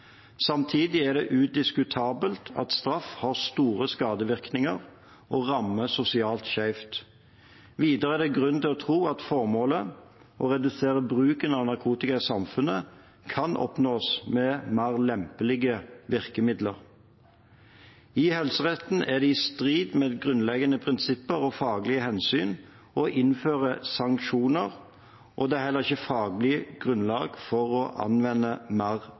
Samtidig er det udiskutabelt at straff har store skadevirkninger og rammer sosialt skjevt. Videre er det grunn til å tro at formålet – å redusere bruken av narkotika i samfunnet – kan oppnås med mer lempelige virkemidler. I helseretten er det i strid med grunnleggende prinsipper og faglige hensyn å innføre sanksjoner, og det er heller ikke faglig grunnlag for å anvende mer